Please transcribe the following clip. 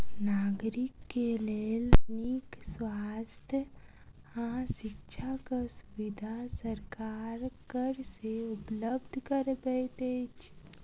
नागरिक के लेल नीक स्वास्थ्य आ शिक्षाक सुविधा सरकार कर से उपलब्ध करबैत अछि